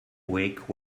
weak